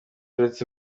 uretse